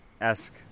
Esque